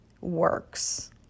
works